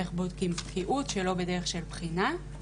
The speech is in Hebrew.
איך בודקים בקיאות שלא בדרך של בחינה.